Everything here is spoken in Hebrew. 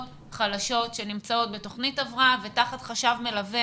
חלשות שנמצאות בתוכנית הבראה ותחת חשב מלווה.